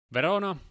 Verona